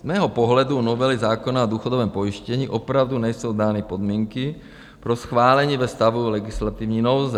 Z mého pohledu u novely zákona o důchodovém pojištění opravdu nejsou dány podmínky pro schválení ve stavu legislativní nouze.